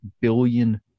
billion